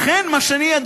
לכן מה שאני אומר לך,